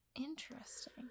Interesting